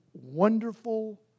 wonderful